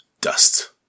Dust